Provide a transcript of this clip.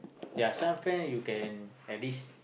ya some friend you can at least